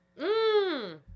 Mmm